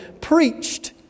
preached